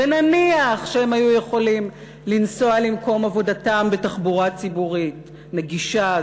ונניח שהם היו יכולים לנסוע למקום עבודתם בתחבורה ציבורית נגישה,